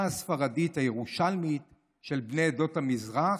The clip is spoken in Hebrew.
הספרדית הירושלמית של בני עדות המזרח,